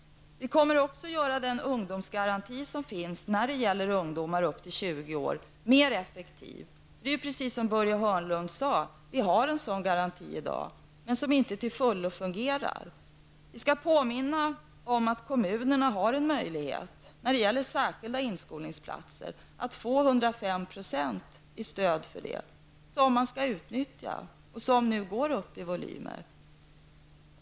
Vi kommer också att göra den ungdomsgaranti som finns, när det gäller ungdomar upp till 20 år, mer effektiv. Det är precis så som Börje Hörnlund sade, att vi i dag har en sådan garanti, som dock inte till fullo fungerar. Vi måste påminna om att kommunerna har en möjlighet att få 105 % i stöd för särskilda inskolningsplatser, som man skall utnyttja och vars antal nu går upp i volym.